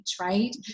right